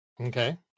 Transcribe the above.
Okay